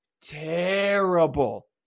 Terrible